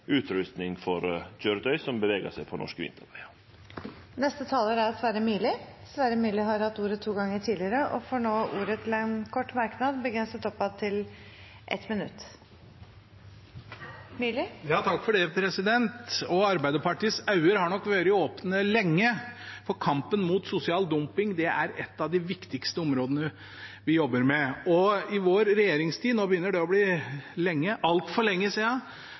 for køyretøy som beveger seg på norske vintervegar. Representanten Sverre Myrli har hatt ordet to ganger tidligere og får ordet til en kort merknad, begrenset til 1 minutt. Arbeiderpartiets øyne har nok vært åpne lenge, for kampen mot sosial dumping er et av de viktigste områdene vi jobber med. Og i vår regjeringstid – nå begynner det å bli altfor lenge